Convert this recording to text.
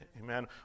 Amen